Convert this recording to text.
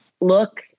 look